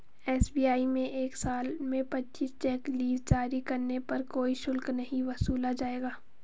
SBI में एक साल में पच्चीस चेक लीव जारी करने पर कोई शुल्क नहीं वसूला जाएगा